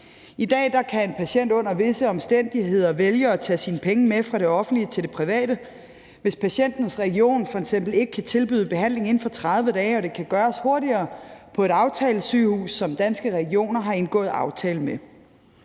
I dag kan en patient under visse omstændigheder vælge at tage sine penge med fra det offentlige til det private, hvis patientens region f.eks. ikke kan tilbyde behandling inden for 30 dage og det kan gøres hurtigere på et aftalesygehus, som Danske Regioner har indgået aftale med.